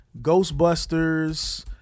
Ghostbusters